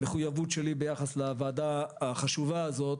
המחויבות שלי ביחס לוועדה החשובה הזאת